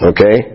Okay